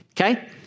okay